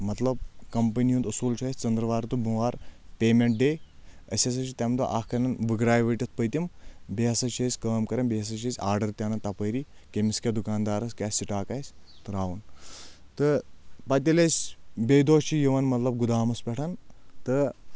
مطلب کَمپنی ہُنٛد أصوٗل چھُ اَسہِ ژندرٕوار تہٕ بۄموار پیمینٹ ڈے أسۍ ہسا چھِ تمہِ دۄہ اکھ اَنان ؤگراے ؤٹِتھ پٔتِم بیٚیہِ ہسا چھِ أسۍ کٲم کران بیٚیہِ ہسا چھِ أسۍ آرڈر تہِ انن تپٲری کٔمِس کیاہ دُکاندارس کیاہ سٔٹاک آسہِ تراوُن تہٕ پتہٕ ییٚلہِ أسۍ بیٚیہِ دۄہ چھِ یِوان مطلب گُدامس پؠٹھ تہٕ